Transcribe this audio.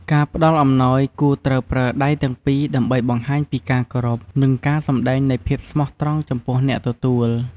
ការផ្តល់អំណោយគួរត្រូវប្រើដៃទាំងពីរដើម្បីបង្ហាញពីការគោរព និងការសំដែងនៃភាពស្មោះត្រង់ចំពោះអ្នកទទួល។